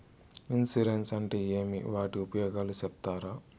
Insurance అంటే ఏమి? వాటి ఉపయోగాలు సెప్తారా?